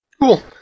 Cool